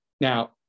now